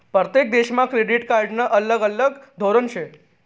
परतेक देशमा क्रेडिट कार्डनं अलग अलग धोरन शे